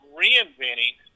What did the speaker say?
reinventing